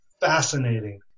fascinating